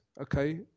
okay